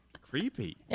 creepy